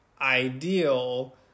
ideal